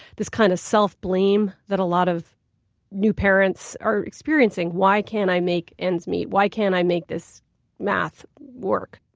this kind of self-blame that a lot of new parents are experiencing why can't i make ends meet? why can't i make this math work?